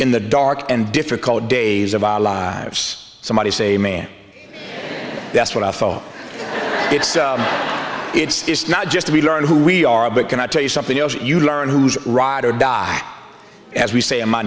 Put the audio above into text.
in the dark and difficult days of our lives somebody say man that's what i feel it's it's not just to be learned who we are but can i tell you something else that you learn who ride or die as we say in my